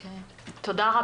תודה.